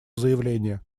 заявление